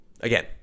Again